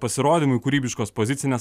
pasirodymui kūrybiškos pozicinės